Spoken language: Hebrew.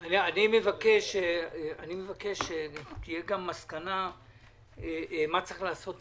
אני מבקש שתהיה גם מסקנה מה צריך לעשות הלאה,